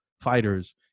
fighters